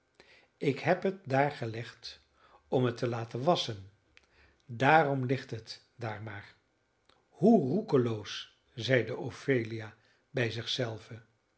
ik heb het daar gelegd om het te laten wasschen daarom ligt het daar maar hoe roekeloos zeide ophelia bij